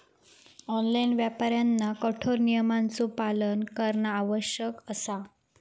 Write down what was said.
online व्यापाऱ्यांना कठोर नियमांचो पालन करणा आवश्यक असा